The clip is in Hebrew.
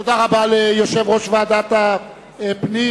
תודה רבה ליושב-ראש ועדת הפנים.